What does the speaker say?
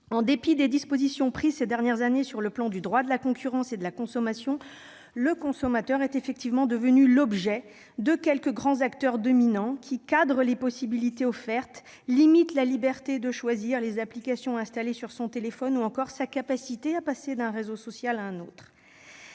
En dépit des dispositions prises ces dernières années sur le plan du droit de la concurrence et de la consommation, le consommateur est devenu l'objet de quelques grands acteurs dominants qui cadrent les possibilités offertes, limitant la liberté de choisir les applications à installer sur son téléphone portable, ou encore la capacité à passer d'un réseau social à un autre.